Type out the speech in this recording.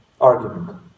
argument